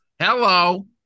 Hello